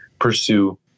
pursue